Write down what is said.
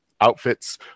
outfits